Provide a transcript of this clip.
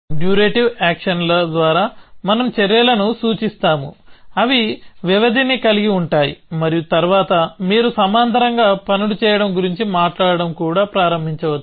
durative యాక్షన్ల ద్వారా మనం చర్యలను సూచిస్తాముఅవి వ్యవధిని కలిగి ఉంటాయి మరియు తర్వాత మీరు సమాంతరంగా పనులు చేయడం గురించి మాట్లాడటం కూడా ప్రారంభించవచ్చు